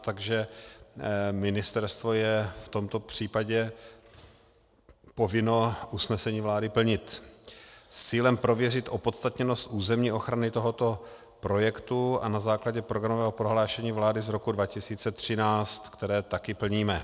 Takže ministerstvo je v tomto případě povinno usnesení vlády plnit s cílem prověřit opodstatněnost územní ochrany tohoto projektu a na základě programového prohlášení vlády z roku 2013, které také plníme.